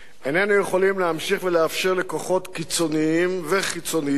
איננו יכולים להמשיך ולאפשר לכוחות קיצוניים וחיצוניים